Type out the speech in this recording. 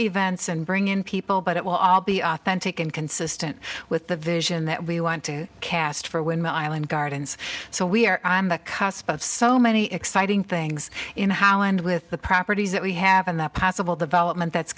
events and bring in people but it will all be authentic and consistent with the vision that we want to cast for when my island gardens so we are on the cusp of so many exciting things in how and with the properties that we have and the possible development that's